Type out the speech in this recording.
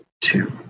two